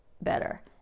better